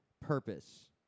purpose